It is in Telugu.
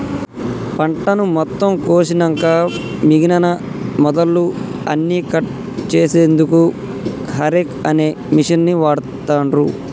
పంటను మొత్తం కోషినంక మిగినన మొదళ్ళు అన్నికట్ చేశెన్దుకు హేరేక్ అనే మిషిన్ని వాడుతాన్రు